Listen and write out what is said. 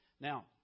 now